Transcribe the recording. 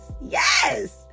Yes